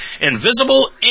Invisible